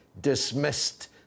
dismissed